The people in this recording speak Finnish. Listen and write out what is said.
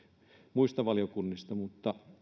muista valiokunnista